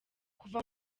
kuva